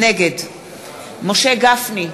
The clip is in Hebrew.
נגד משה גפני,